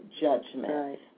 judgment